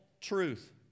truth